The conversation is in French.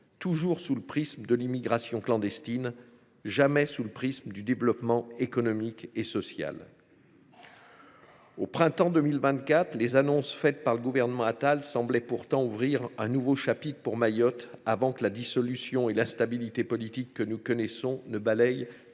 toujours sous le prisme de l’immigration clandestine, jamais sous celui du développement économique et social. Au printemps 2024, les annonces faites par le gouvernement Attal semblaient pourtant ouvrir un nouveau chapitre pour Mayotte, avant que la dissolution et l’instabilité politique que nous connaissons ne balaient